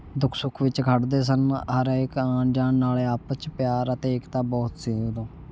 ਦੁੱਖ ਸੁੱਖ ਵਿੱਚ ਖੜ੍ਹਦੇ ਸਨ ਹਰੇਕ ਆਉਣ ਜਾਣ ਨਾਲ ਆਪਸ 'ਚ ਪਿਆਰ ਅਤੇ ਏਕਤਾ ਬਹੁਤ ਸੀ ਉੱਦੋਂ